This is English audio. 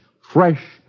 fresh